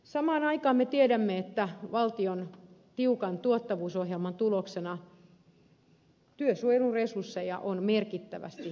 samaan aikaan me tiedämme että valtion tiukan tuottavuusohjelman tuloksena työsuojeluresursseja on merkittävästi vähennetty